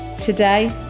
Today